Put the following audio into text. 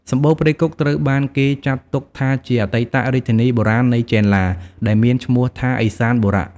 សំបូរព្រៃគុកត្រូវបានគេចាត់ទុកថាជាអតីតរាជធានីបុរាណនៃចេនឡា ដែលមានឈ្មោះថាឦសានបុរៈ។